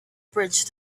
bridge